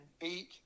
beat